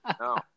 no